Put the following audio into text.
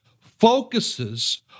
focuses